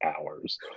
hours